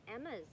Emma's